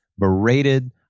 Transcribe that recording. berated